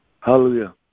Hallelujah